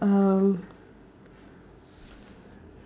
um